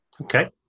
Okay